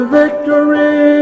victory